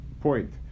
point